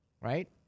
right